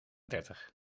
dertig